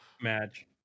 match